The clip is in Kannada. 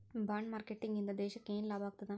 ಬಾಂಡ್ ಮಾರ್ಕೆಟಿಂಗ್ ಇಂದಾ ದೇಶಕ್ಕ ಯೆನ್ ಲಾಭಾಗ್ತದ?